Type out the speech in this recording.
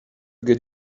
get